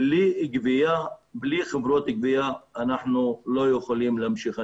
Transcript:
בלי חברות גבייה אנחנו לא יכולים להמשיך.